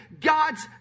God's